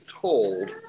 told